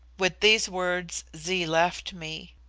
with these words zee left me.